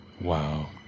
Wow